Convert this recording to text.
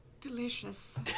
delicious